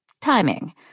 Timing